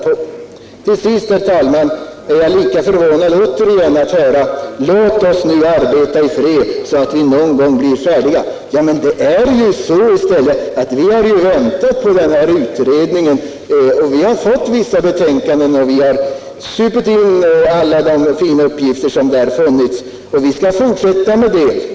Låt mig till sist säga att jag är förvånad över detta resonemang från utredningens sida: Låt oss nu arbeta i fred, så att vi någon gång blir färdiga. Men det är ju så att vi har väntat på denna utredning. Vi har fått vissa betänkanden och vi har begrundat alla de uppgifter som där funnits. Vi skall också fortsätta med det.